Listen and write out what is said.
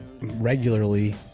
regularly